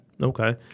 Okay